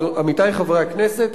עמיתי חברי הכנסת,